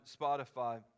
Spotify